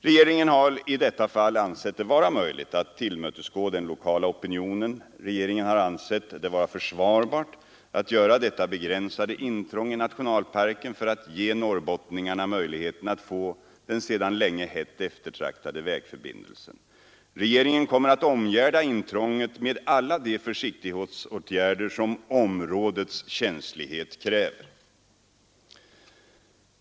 Regeringen har i detta fall ansett det vara möjligt att tillmötesgå den lokala opinionen. Vi har bedömt det som försvarbart att göra detta begränsade intrång i nationalparken för att ge norrbottningarna möjligheten att få den så länge hett eftertraktade vägförbindelsen. Regeringen kommer att omgärda intrånget med alla de försiktighetsåtgärder som områdets känslighet kräver.